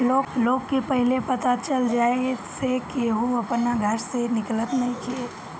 लोग के पहिले पता चल जाए से केहू अपना घर से निकलत नइखे